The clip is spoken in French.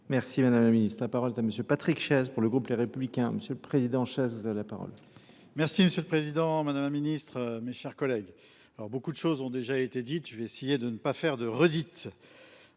Merci Madame la Ministre. La parole est à Monsieur Patrick Chaz pour le groupe Les Républicains. Monsieur le Président Chaz, vous avez la parole. Merci Monsieur le Président, Madame la Ministre, mes chers collègues. Beaucoup de choses ont déjà été dites, je vais essayer de ne pas faire de redites